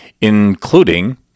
including